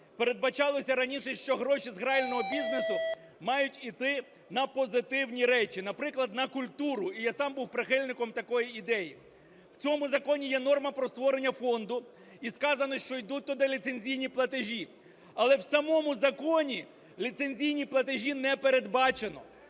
передбачалося раніше, що гроші з грального бізнесу мають іти на позитивні речі, наприклад, на культуру, і я сам був прихильником такої ідеї. В цьому законі є норма про створення фонду, і сказано, що ідуть туди ліцензійні платежі. Але в самому законі ліцензійні платежі не передбачено.